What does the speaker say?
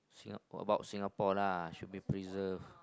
Singapore about Singapore lah should be preserved